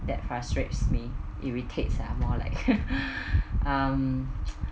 that frustrates me irritates ah more like um